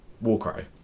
Warcry